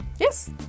Yes